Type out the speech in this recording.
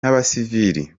n’abasivili